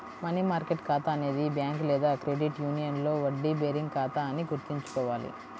money market ఖాతా అనేది bank లేదా క్రెడిట్ యూనియన్లో వడ్డీ బేరింగ్ ఖాతా అని గుర్తుంచుకోవాలి